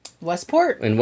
Westport